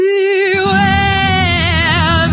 Beware